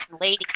Lady